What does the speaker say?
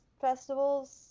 festivals